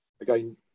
again